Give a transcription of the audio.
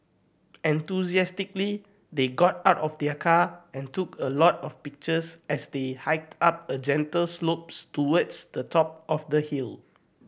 enthusiastically they got out of their car and took a lot of pictures as they hiked up a gentle slopes towards the top of the hill